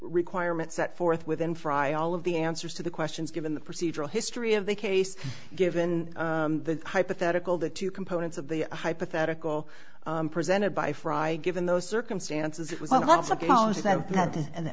requirements set forth within fry all of the answers to the questions given the procedural history of the case given the hypothetical the two components of the hypothetical presented by fry given those circumstances